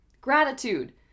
Gratitude